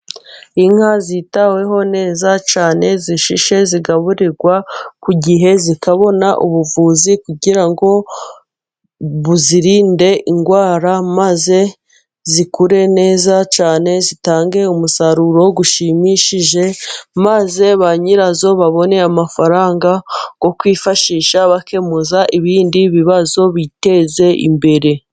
Inka zitaweho neza cyane zishishe, zigaburirwa ku gihe zikabona ubuvuzi kugira ngo buzirinde indwara, maze zikure neza cyane zitange umusaruro ushimishije, maze ba nyirazo babone amafaranga yo kwifashisha bakemuza ibindi bibazo, biteze imbere.